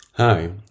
Hi